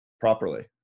properly